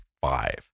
five